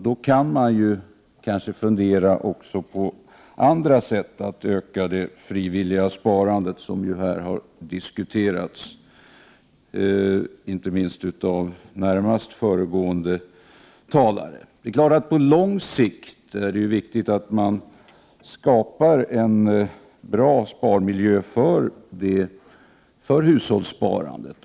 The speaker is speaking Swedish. Då kan man kanske också fundera på andra sätt att öka det frivilliga sparandet som ju här har diskuterats, inte minst av närmast föregående talare. Det är klart att det på lång sikt är viktigt att skapa en bra sparmiljö för hushållssparandet.